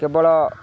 କେବଳ